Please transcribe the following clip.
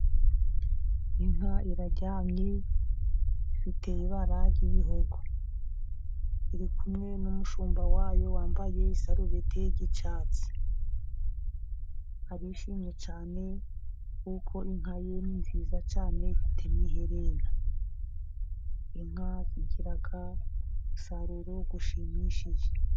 Inka iraryamye, ifite ibara ry'ibihogo, iri kumwe n'umushumba wayo, wambaye isarubeti y'icyatsi, arishimye cyane kuko inka ni nziza cyane ifite n'iherena. Inka igira umusaruro ushimishije.